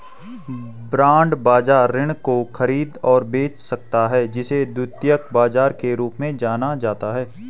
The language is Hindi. बांड बाजार ऋण को खरीद और बेच सकता है जिसे द्वितीयक बाजार के रूप में जाना जाता है